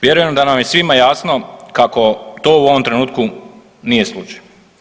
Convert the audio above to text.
Vjerujem da nam je svima jasno kako to u ovom trenutku nije slučaj.